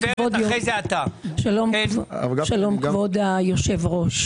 שלום כבוד היושב-ראש,